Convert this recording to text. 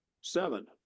Seven